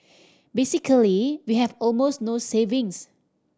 basically we have almost no savings